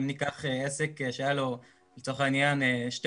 אם ניקח עסק שהיה לו לצורך העניין שתי